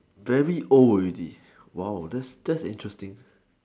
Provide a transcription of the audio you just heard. very old already !wow! that's that's interesting